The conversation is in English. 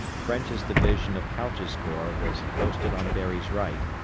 french's division of couch's corps was posted on berry's right,